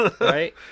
Right